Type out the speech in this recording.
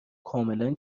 کاملا